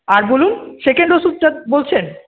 আর বলুন সেকেন্ড ওষুধটা বলছেন